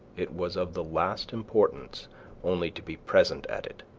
it was of the last importance only to be present at it.